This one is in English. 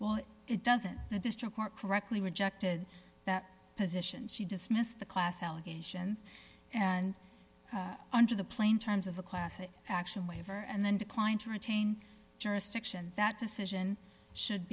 well it doesn't the district court correctly rejected that position she dismissed the class allegations and under the plain terms of a class action waiver and then declined to retain jurisdiction that decision should